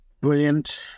brilliant